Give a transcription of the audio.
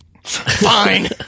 fine